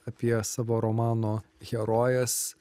apie savo romano herojes